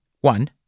One